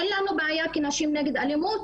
אין לנו בעיה כנשים נגד אלימות,